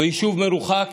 ביישוב מרוחק